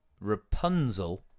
Rapunzel